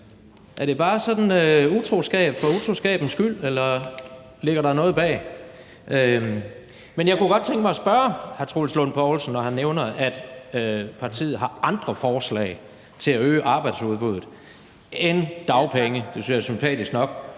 Er det bare sådan utroskab for utroskabens skyld, eller ligger der noget bag? Men jeg kunne godt tænke mig at spørge hr. Troels Lund Poulsen, når han nævner, at partiet har andre forslag til at øge arbejdsudbuddet end det med dagpengene – det synes jeg er sympatisk nok